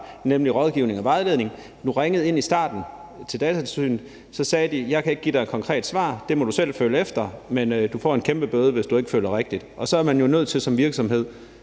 nemlig rådgivning og vejledning. Når du i starten ringede ind til Datatilsynet, sagde de: Jeg kan ikke give dig et konkret svar, du må selv føle efter, men du får en kæmpe bøde, hvis du ikke føler rigtigt. Og så er man jo nødt til som virksomhed